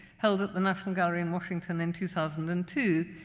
held at the national gallery in washington in two thousand and two,